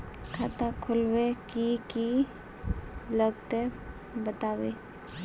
खाता खोलवे के की की लगते बतावे?